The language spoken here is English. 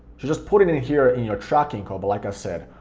just put it in here in your tracking code but like i said,